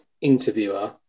interviewer